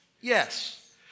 Yes